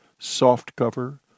softcover